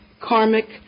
karmic